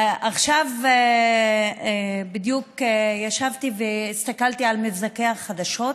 עכשיו בדיוק ישבתי והסתכלתי על מבזקי החדשות,